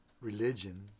religion